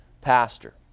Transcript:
pastor